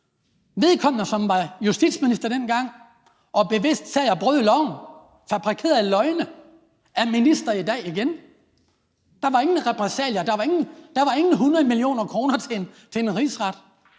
Vedkommende, som var justitsminister dengang og bevidst sad og brød loven, fabrikerede løgne, er minister igen i dag. Der var ingen repressalier, der var ingen 100 mio. kr. til en rigsret.